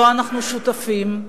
ואנחנו שותפים להם.